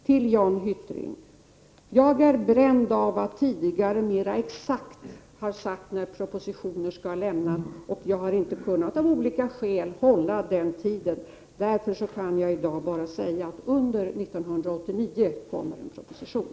Till Jan Hyttring: Jag är bränd av att tidigare mera exakt ha sagt när propositioner skall lämnas men av olika skäl inte kunnat hålla den tiden. Därför kan jag i dag bara säga att det under 1989 kommer en proposition.